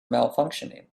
malfunctioning